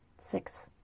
Six